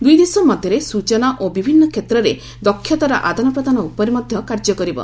ଦୁଇ ଦେଶ ମଧ୍ୟରେ ସୂଚନା ଓ ବିଭିନ୍ନ କ୍ଷେତ୍ରରେ ଦକ୍ଷତାର ଆଦାନ ପ୍ରଦାନ ଉପରେ ମଧ୍ୟ କାର୍ଯ୍ୟ କରିବ